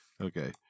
Okay